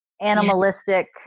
animalistic